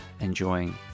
enjoying